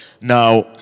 Now